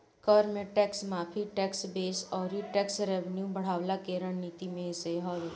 कर में टेक्स माफ़ी, टेक्स बेस अउरी टेक्स रेवन्यू बढ़वला के रणनीति में से हवे